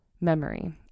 memory